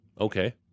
Okay